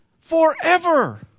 forever